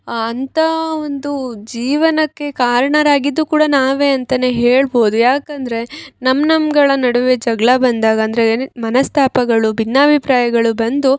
ಅಂಥ ಒಂದು ಜೀವನಕ್ಕೆ ಕಾರಣರಾಗಿದ್ದು ಕೂಡ ನಾವೆ ಅಂತ ಹೇಳ್ಬೌದು ಯಾಕಂದರೆ ನಮ್ಮ ನಮ್ಗಳ ನಡುವೆ ಜಗಳ ಬಂದಾಗ ಅಂದರೆ ಏನೇ ಮನಸ್ತಾಪಗಳು ಭಿನ್ನಾಭಿಪ್ರಾಯಗಳು ಬಂದು